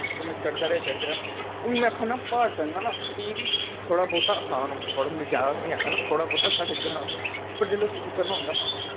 ते में चढ़दा रेहा चढ़दा रेहा हून में आक्खा नां प्हाड़ चढ़ना ना फ्ही बी थोह्ड़ी बौह्ता असान होंदा जादा बी नी आक्खा नां थोह्ड़ी बौह्ता पर जिसलै उसी उतरना होंदा ना